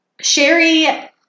Sherry